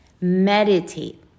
Meditate